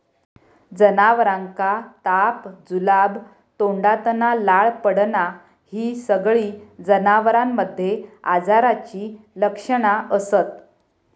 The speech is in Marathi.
जनावरांका ताप, जुलाब, तोंडातना लाळ पडना हि सगळी जनावरांमध्ये आजाराची लक्षणा असत